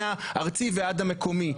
מהארצי ועד המקומי?